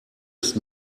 ist